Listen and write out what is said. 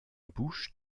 bouches